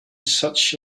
such